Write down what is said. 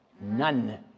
None